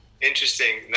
Interesting